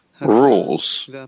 rules